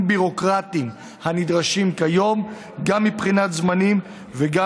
ביורוקרטיים הנדרשים כיום גם מבחינת זמנים וגם